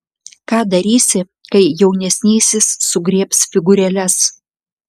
ką darysi kai jaunesnysis sugriebs figūrėles